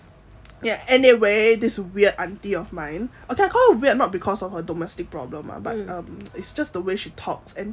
ya anyway this weird aunty of mine okay I call her weird not because of her domestic problem lah but um it's just the way she talks and